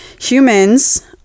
humans